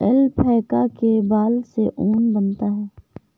alpaca के बाल से ऊन बनता है